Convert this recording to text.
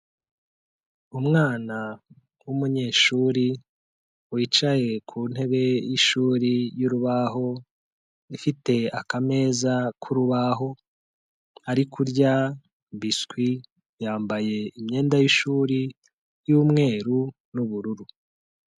Umwana w'umunyeshuri wicaye ku ntebe y'ishuri y'urubaho ifite akameza k'urubaho, ari kurya biswi yambaye imyenda y'ishuri y'umweru n'ubururu.